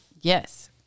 yes